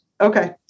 Okay